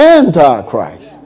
antichrist